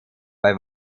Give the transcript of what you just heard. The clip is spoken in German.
bei